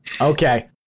Okay